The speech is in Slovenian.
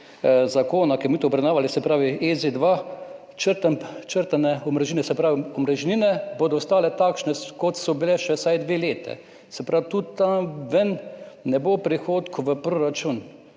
zakona, ki ga bomo obravnavali, se pravi EZ-2, črtane omrežnine, se pravi, omrežnine bodo ostale takšne, kot so bile, še vsaj dve leti. Tudi od tam ne bo prihodkov v proračun.